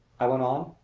i went on,